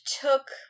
took